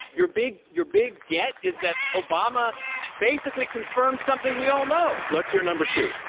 your big your big get is that obama basically confirmed something we all know. let's here number two,